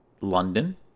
London